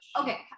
okay